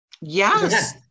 Yes